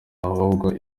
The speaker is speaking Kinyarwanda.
ahubwo